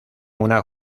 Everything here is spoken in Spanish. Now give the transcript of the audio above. una